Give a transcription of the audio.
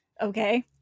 Okay